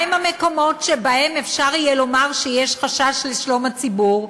מה הם המקומות שבהם אפשר יהיה לומר שיש חשש לשלום הציבור?